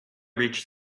reached